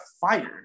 fired